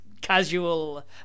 casual